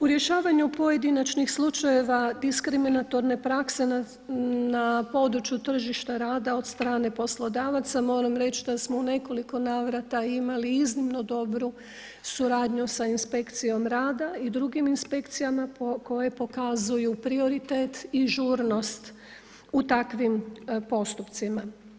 U rješavanju pojedinačnih slučajeva diskriminatorne prakse na području tržišta rada od strane poslodavaca moram reć da smo u nekoliko navrata imali iznimno dobru suradnju sa inspekcijom rada i drugim inspekcijama koje pokazuju prioritet i žurnost u takvim postupcima.